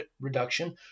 Reduction